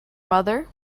mother